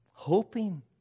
hoping